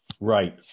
right